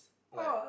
like